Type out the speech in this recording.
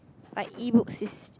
like Ebooks is